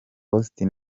austin